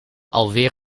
alweer